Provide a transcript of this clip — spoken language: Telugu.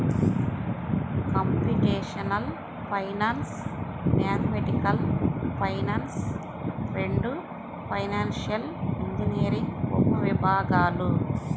కంప్యూటేషనల్ ఫైనాన్స్, మ్యాథమెటికల్ ఫైనాన్స్ రెండూ ఫైనాన్షియల్ ఇంజనీరింగ్ ఉపవిభాగాలు